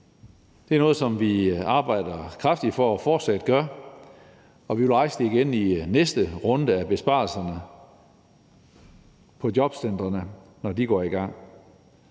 Det er noget, vi arbejder kraftigt for fortsat at gøre, og vi vil rejse det igen i næste runde af besparelser på jobcentrene, når den går i gang.